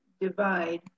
divide